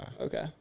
okay